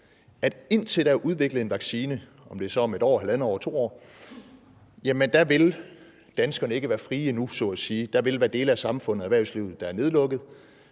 at indtil der er udviklet en vaccine – om det så er om 1 år, 1½ år eller 2 år – vil danskerne ikke være frie så at sige. Der vil være dele af samfundet og erhvervslivet, der er nedlukket.